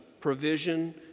provision